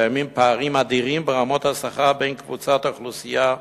קיימים פערים אדירים ברמות השכר בין קבוצות האוכלוסייה בישראל.